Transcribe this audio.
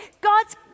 God's